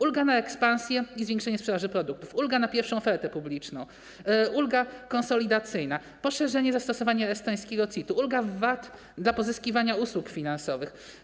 Ulga na ekspansję i zwiększenie sprzedaży produktów, ulga na pierwszą ofertę publiczną, ulga konsolidacyjna, poszerzenie zakresu zastosowania estońskiego CIT-u, ulga w VAT dla pozyskiwania usług finansowych.